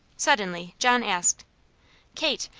suddenly john asked kate,